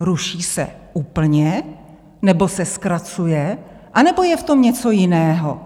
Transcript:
Ruší se úplně, nebo se zkracuje, anebo je v tom něco jiného?